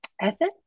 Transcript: ethic